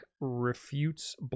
refutes